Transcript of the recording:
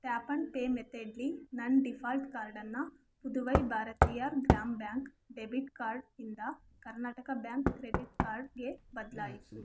tap and pay ಮೆಥಡ್ಲಿ ನನ್ನ default ಕಾರ್ಡನ್ನು Puduvai Bharatiya Grama bank debit card ಇಂದ ಕರ್ನಾಟಕ ಬ್ಯಾಂಕ್ ಕ್ರೆಡಿಟ್ ಕಾರ್ಡ್ಗೆ ಬದಲಾಯಿಸು